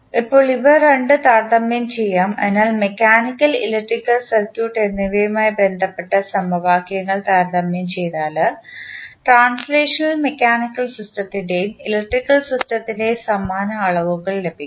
ഇപ്പോൾ ഇവ രണ്ടും താരതമ്യം ചെയ്യാം അതിനാൽ മെക്കാനിക്കൽ ഇലക്ട്രിക്കൽ സർക്യൂട്ട് എന്നിവയുമായി ബന്ധപ്പെട്ട സമവാക്യങ്ങൾ താരതമ്യം ചെയ്താൽ ട്രാൻസ്ലേഷണൽ മെക്കാനിക്കൽ സിസ്റ്റത്തിൻറെയും ഇലക്ട്രിക്കൽ സിസ്റ്റത്തിൻറെയും സമാന അളവുകൾ ലഭിക്കും